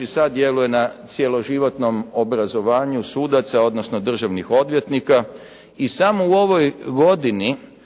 i sada djeluje na cjeloživotnom obrazovanju sudaca odnosno državnih odvjetnika, i samo u ovoj godini